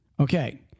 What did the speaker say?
Okay